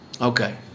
Okay